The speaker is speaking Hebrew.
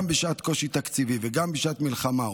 גם בשעת קושי תקציבי וגם בשעת מלחמה,